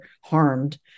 harmed